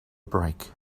break